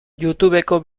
youtubeko